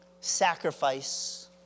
sacrifice